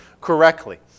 correctly